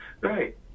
right